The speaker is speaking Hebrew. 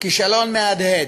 כישלון מהדהד.